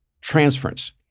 transference